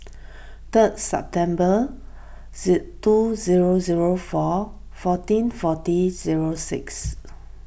third September two zero zero four fourteen forty zero six